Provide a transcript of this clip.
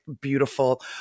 beautiful